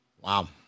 Wow